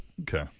Okay